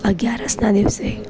અગિયારસના દિવસે